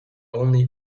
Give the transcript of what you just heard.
only